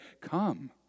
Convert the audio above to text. come